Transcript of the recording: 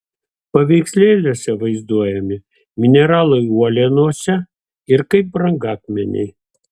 paveikslėliuose vaizduojami mineralai uolienose ir kaip brangakmeniai